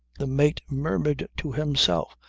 the mate murmured to himself.